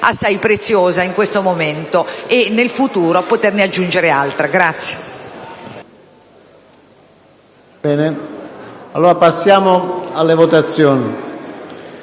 preziosa in questo momento, e nel futuro poterne aggiungere altra. PRESIDENTE. Passiamo alla votazione